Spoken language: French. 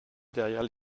derrière